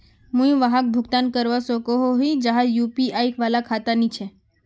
मुई वहाक भुगतान करवा सकोहो ही जहार यु.पी.आई वाला खाता नी छे?